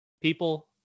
people